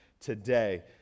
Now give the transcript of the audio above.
today